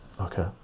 okay